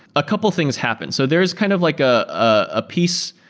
a couple things happen. so there is kind of like a piece,